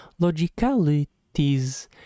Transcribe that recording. logicalities